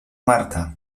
marta